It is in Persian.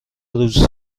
دوست